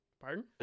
Pardon